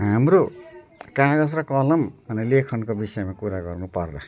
हाम्रो कागज र कलम अनि लेखनको विषयमा कुरा गर्नु पर्दा